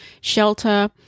shelter